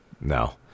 no